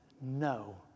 No